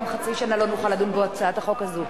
גם חצי שנה לא נוכל לדון בהצעת החוק הזאת.